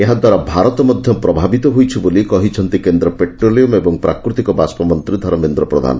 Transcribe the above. ଏହା ଦ୍ୱାରା ଭାରତ ମଧ୍ଧ ପ୍ରଭାବିତ ହୋଇଛି ବୋଲି କହିଛନ୍ତି କେନ୍ଦ ପେଟ୍ରୋଲିୟମ୍ ତଥା ପ୍ରାକୃତିକ ବାଷ୍ଟମନ୍ତୀ ଧର୍ମେନ୍ଦ ପ୍ରଧାନ